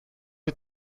die